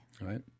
Right